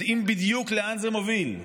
יודעים בדיוק לאן זה מוביל,